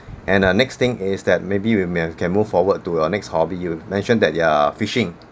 and uh next thing is that maybe we may have can move forward to your next hobby you mentioned that you are fishing